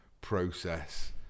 process